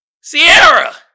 Sierra